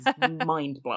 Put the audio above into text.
mind-blowing